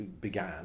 began